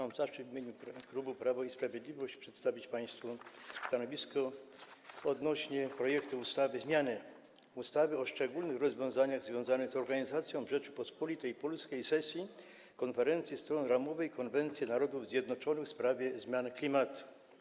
Mam zaszczyt w imieniu klubu Prawo i Sprawiedliwość przestawić państwu stanowisko dotyczące projektu ustawy o zmianie ustawy o szczególnych rozwiązaniach związanych z organizacją w Rzeczypospolitej Polskiej sesji Konferencji Stron Ramowej konwencji Narodów Zjednoczonych w sprawie zmian klimatu.